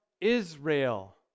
Israel